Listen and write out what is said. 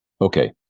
Okay